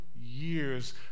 years